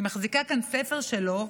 אני מחזיקה כאן ספר שלו,